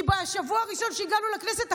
כי בשבוע הראשון שהגענו לכנסת,